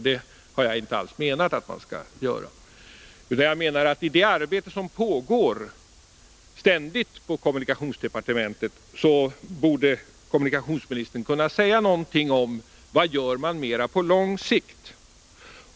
Det har jag inte alls menat att man skall göra, utan jag menar att med tanke på det arbete som ständigt pågår inom kommunikationsdepartementet borde kommunikationsministern kunna säga någonting om vad som görs mera på lång sikt.